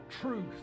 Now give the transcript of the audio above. Truth